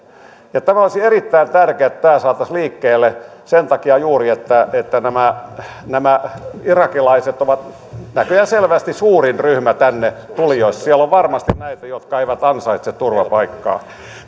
olisi erittäin tärkeää että tämä saataisiin liikkeelle sen takia juuri että että nämä nämä irakilaiset ovat näköjään selvästi suurin ryhmä tänne tulijoista siellä on varmasti näitä jotka eivät ansaitse turvapaikkaa